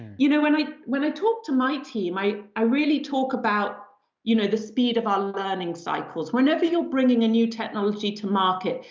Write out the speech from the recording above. you know when i talk to my team, i i really talk about you know the speed of our learning cycles. whenever you're bringing a new technology to market,